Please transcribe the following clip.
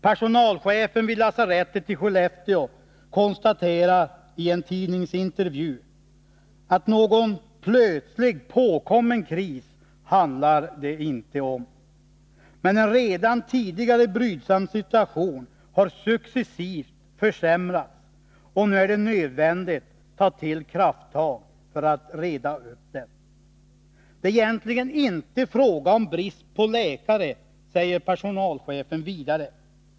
Personalchefen vid lasarettet i Skellefteå konstaterar i en tidningsintervju ”att någon plötsligt påkommen kris handlar det inte om. Men en redan tidigare brydsam situation har successivt försämrats och nu är det nödvändigt att ta till krafttag för att reda upp den.” Det är egentligen inte fråga om brist på läkare, säger personalchefen vidare.